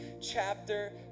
chapter